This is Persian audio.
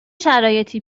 شرایطی